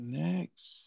next